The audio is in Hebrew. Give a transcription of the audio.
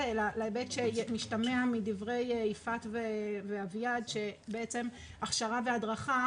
אלא להיבט שמשתמע מדברי יפעת ואביעד שבעצם עבור הכשרה והדרכה